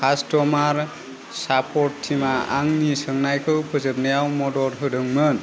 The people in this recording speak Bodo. कास्टमार सापर्ट टिमा आंनि सोंनायखौ फोजोबनायाव मदद होदोंमोन